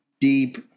deep